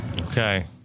Okay